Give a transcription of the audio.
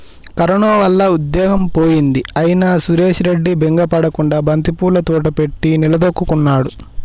corona వల్ల ఉద్యోగం పోయింది అయినా సురేష్ రెడ్డి బెంగ పడకుండా బంతిపూల తోట పెట్టి నిలదొక్కుకున్నాడు